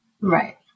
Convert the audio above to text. Right